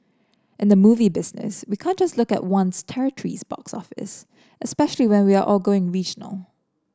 in the movie business we can't just look at one territory's box office especially when we are all going regional